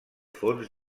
fons